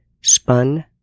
Spun